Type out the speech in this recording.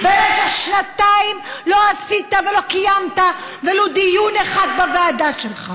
במשך שנתיים לא עשית ולא קיימת ולו דיון אחד בוועדה שלך.